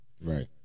Right